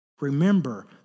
Remember